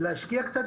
להשקיע קצת